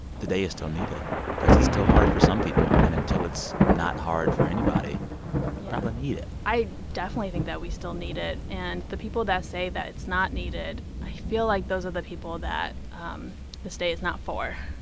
the day is still needed because it's still hard for some people. and until it's not hard for anybody, you probably need it yeah. i definitely think that we still need it. and the people that say that it's not needed i feel like those are the people that um this day is not for,